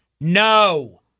no